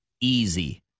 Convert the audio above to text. Easy